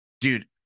Dude